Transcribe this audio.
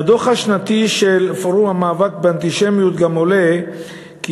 מהדוח השנתי של פורום המאבק באנטישמיות גם עולה כי